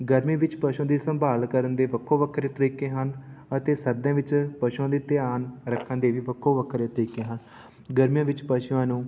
ਗਰਮੀ ਵਿੱਚ ਪਸ਼ੂਆਂ ਦੀ ਸੰਭਾਲ ਕਰਨ ਦੇ ਵੱਖੋ ਵੱਖਰੇ ਤਰੀਕੇ ਹਨ ਅਤੇ ਸਰਦੀਆਂ ਵਿੱਚ ਪਸ਼ੂਆਂ ਦੀ ਧਿਆਨ ਰੱਖਣ ਦੇ ਵੀ ਵੱਖੋ ਵੱਖਰੇ ਤਰੀਕੇ ਹਨ ਗਰਮੀਆਂ ਵਿੱਚ ਪਸ਼ੂਆਂ ਨੂੰ